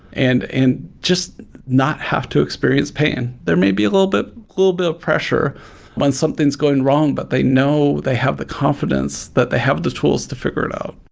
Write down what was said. and and just not have to experience pain. there may be a little bit little bit of pressure when something is going wrong, but they know they have the confidence, that they have the tools to figure it out.